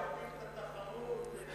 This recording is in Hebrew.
יגדיל את התחרות,